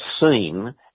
seen